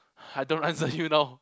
I don't answer you now